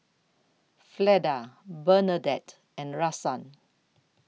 Fleda Bernadette and Rahsaan